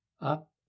up